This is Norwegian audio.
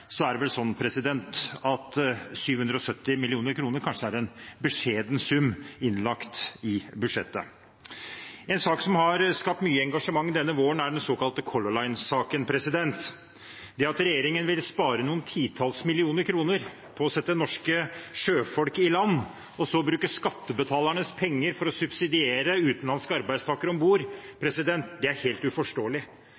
så er det vel sånn at 770 mill. kr kanskje er en beskjeden sum innlagt i budsjettet. En sak som har skapt mye engasjement denne våren, er den såkalte Color Line-saken. At regjeringen vil spare noen titalls millioner kroner på å sette norske sjøfolk i land, og så bruke skattebetalernes penger til å subsidiere utenlandske arbeidstakere om bord,